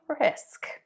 risk